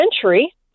century